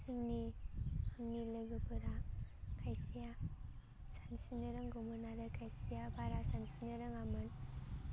जोंनि आंनि लोगोफोरा खायसेया सानस्रिनो रोंगौमोन आरो खायसेया बारा सानस्रिनो रोङामोन